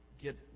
get